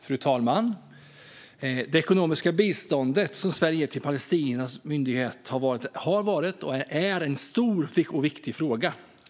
Fru talman! Det ekonomiska bistånd som Sverige ger till den palestinska myndigheten har varit och är en stor och viktig fråga.